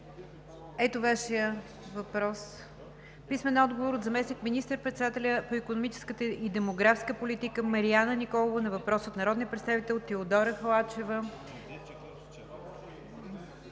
Стоилов и Светла Бъчварова; - заместник министър-председателя по икономическата и демографската политика Мариана Николова на въпрос от народния представител Теодора Халачева;